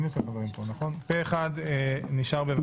הוחלט פה אחד הוחלט להשאיר בוועדת הכנסת.